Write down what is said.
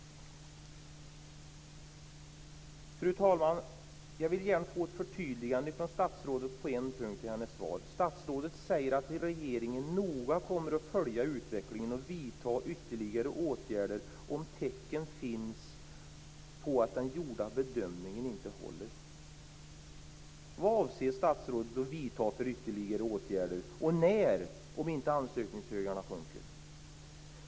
Fru talman! Jag vill gärna få ett förtydligande från statsrådet på en punkt i svaret. Statsrådet säger att regeringen noga kommer att följa utvecklingen och vidta ytterligare åtgärder om tecken finns på att den gjorda bedömningen inte håller. Vilka ytterligare åtgärder avser statsrådet att vidta om ansökningshögarna inte minskar? Och när kommer dessa?